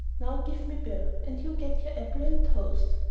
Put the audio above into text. now give me bill and you get your apple and toast.